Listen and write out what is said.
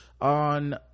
on